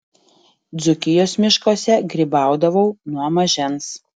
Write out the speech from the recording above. dzūkijos miškuose grybaudavau nuo mažens